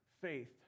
faith